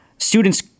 Students